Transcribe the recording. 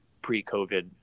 pre-COVID